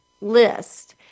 list